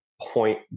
point